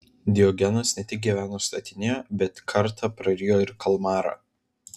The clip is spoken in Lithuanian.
diogenas ne tik gyveno statinėje bet kartą prarijo ir kalmarą